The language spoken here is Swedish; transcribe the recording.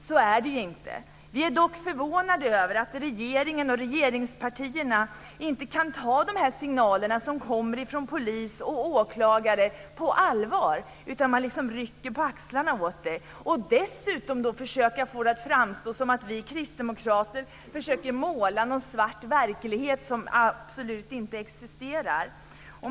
Så är det ju inte. Vi är dock förvånade över att regeringen och regeringspartierna inte kan ta de signaler som kommer från polis och åklagare på allvar. Man liksom rycker på axlarna åt dem. Dessutom försöker man få det att framstå som om att vi kristdemokrater försöker måla upp en svart verklighet som absolut inte existerar.